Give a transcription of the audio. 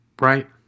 Right